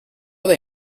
they